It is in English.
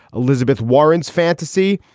elizabeth warren's fantasy,